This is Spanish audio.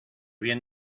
bien